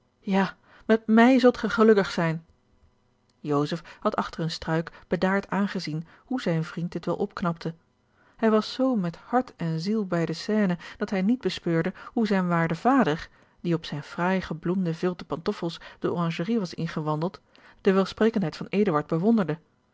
ja met mij zult gij gelukkig zijn joseph had achter een struik bedaard aangezien hoe zijn vriend dit wel opknapte hij was zoo met hart en ziel bij de scène dat hij niet bespeurde hoe zijn waarde vader die op zijne fraai gebloemde vilten pantoffels de oranjerie was ingewandeld de welsprekendheid van eduard bewonderde